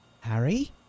Harry